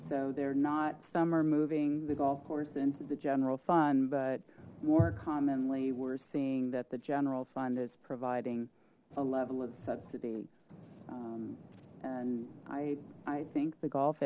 so they're not some are moving the golf course into the general fund but more commonly we're seeing that the general fund is providing a level of subs and i i think the golf